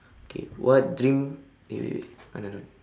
okay what dream eh wait wait another one